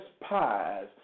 pies